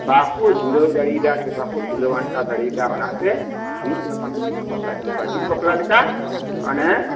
ᱵᱟᱠᱚ ᱡᱩᱲᱟᱹᱣ ᱫᱟᱲᱮᱭᱟᱫᱟ ᱥᱮ ᱵᱟᱠᱚ ᱠᱩᱞᱟᱹᱣ ᱟᱱᱴᱟᱣ ᱫᱟᱲᱮᱭᱟᱫᱟ ᱚᱱᱟᱛᱮ ᱫᱩᱲᱩᱵ ᱧᱟᱯᱟᱢ ᱠᱟᱛᱮᱫ ᱠᱚ ᱵᱟᱯᱞᱟ ᱡᱚᱲ ᱠᱚᱣᱟ ᱪᱮᱫ ᱵᱟᱯᱞᱟ ᱞᱮᱠᱟ ᱚᱱᱮ